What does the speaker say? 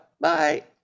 bye